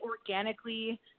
organically